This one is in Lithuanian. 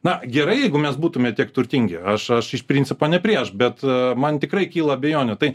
na gerai jeigu mes būtumėme tiek turtingi aš iš principo ne prieš bet man tikrai kyla abejonių tai